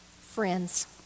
Friends